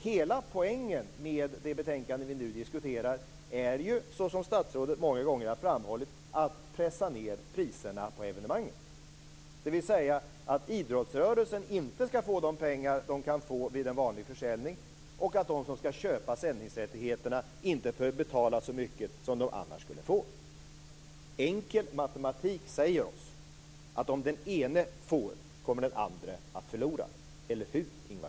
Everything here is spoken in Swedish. Hela poängen med det betänkande som vi nu diskuterar är ju - såsom statsrådet många gånger har framhållit - att pressa ned priserna på evenemangen, dvs. att idrottsrörelsen inte skall få de pengar som den kan få vid en vanlig försäljning, medan de som skall köpa sändningsrättigheterna inte behöver betala så mycket som de annars skulle få göra. Enkel matematik säger oss att om den ene får kommer den andre att förlora. Eller hur, Ingvar